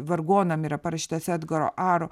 vargonam yra parašytas edgaro aro